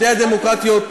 בשתי דמוקרטיות,